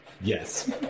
Yes